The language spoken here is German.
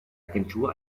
agentur